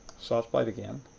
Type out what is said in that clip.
softlight again.